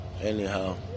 anyhow